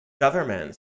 governments